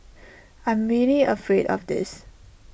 I'm really afraid of this